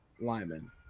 lineman